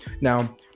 Now